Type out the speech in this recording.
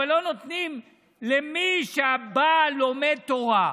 אבל לא נותנים למי שהבעל לומד תורה.